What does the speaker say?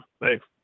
Thanks